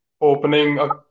opening